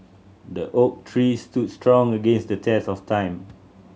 the oak tree stood strong against the test of time